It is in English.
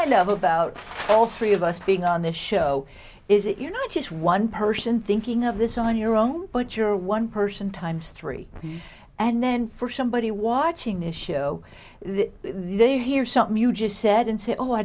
i love about all three of us being on this show is that you're not just one person thinking of this on your own but you're one person times three and then for somebody watching this show the they hear something you just said and say oh i